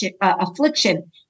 affliction